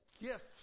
gifts